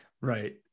Right